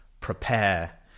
prepare